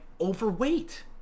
overweight